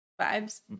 Vibes